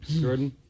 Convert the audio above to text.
Jordan